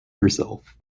herself